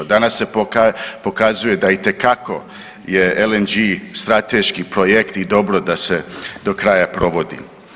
Danas se pokazuje da itekako je LNG strateški projekt i dobro da se do kraja provodi.